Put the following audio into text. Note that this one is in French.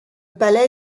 palais